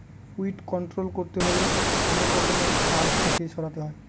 weed control করতে হলে অনেক রকমের সার ক্ষেতে ছড়াতে হয়